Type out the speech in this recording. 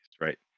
right